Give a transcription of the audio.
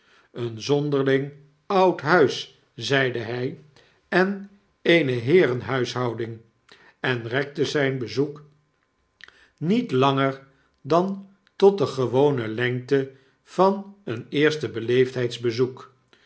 een zonderling oud huis zeide hy en eene heeren-huishouding en rekte zyn bezoek niet langer dan tot de gewone lengte van een eerste beleefdheids-bezoek